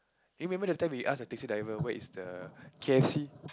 eh remember that time we ask the taxi driver where is the k_f_c